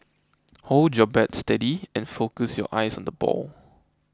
hold your bat steady and focus your eyes on the ball